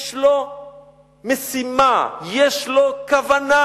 יש לו משימה, יש לו כוונה.